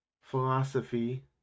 Philosophy